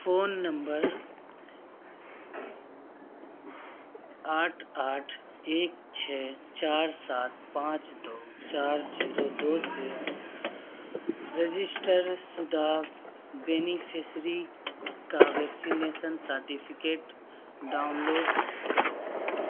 phone number آٹھ آٹھ ایک چھ چار سات پانچ دو چار جیرو دو سے رجسٹر شدہ بینیفسیری کا ویکسینیسن سرٹیفکیٹ ڈاؤن لوڈ کرو